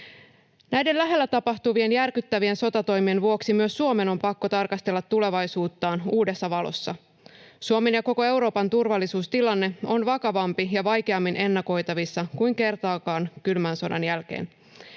Näiden lähellä tapahtuvien järkyttävien sotatoimien vuoksi myös Suomen on pakko tarkastella tulevaisuuttaan uudessa valossa. Suomen ja koko Euroopan turvallisuustilanne on vakavampi ja vaikeammin ennakoitavissa kuin kertaakaan kylmän sodan jälkeen.